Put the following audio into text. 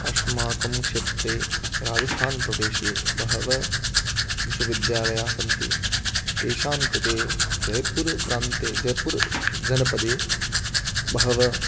अस्माकं क्षेत्रे राजस्थानप्रदेशे बहवः विश्वविद्यालयाः सन्ति तेषां कृते जयपुरप्रान्ते जयपुरजनपदे बहवः